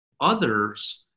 others